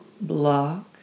Block